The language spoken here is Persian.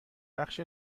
بخش